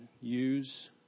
use